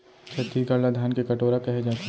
छत्तीसगढ़ ल धान के कटोरा कहे जाथे